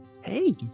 hey